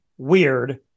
weird